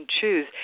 choose